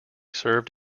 served